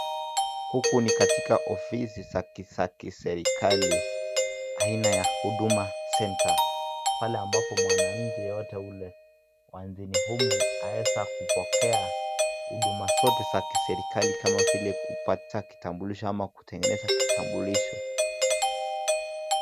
Huku ni katika ofisi za kiserikali aina ya Huduma centre. Pale ambapo mwananchi yeyote yule nchini humu aweza kupokea huduma zote za kiserikali kama vile kupata kitambulisho ama kutengeneza kitambulisho.